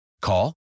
Call